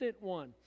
one